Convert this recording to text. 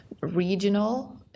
regional